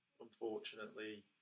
unfortunately